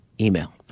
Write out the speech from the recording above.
email